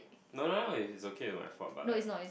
no no no is okay if its my fault but like